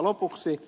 lopuksi